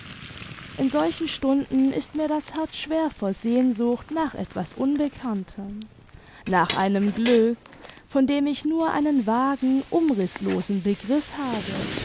in solchen stunden ist mir das herz schwer vor sehnsucht nach etwas unbekanntem nach einem glück von dem ich nur einen vagen umrißlosen begriff habe